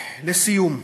לסיום,